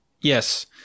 yes